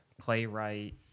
playwright